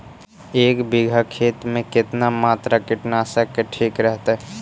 एक बीघा खेत में कितना मात्रा कीटनाशक के ठिक रहतय?